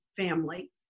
family